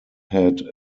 had